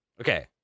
Okay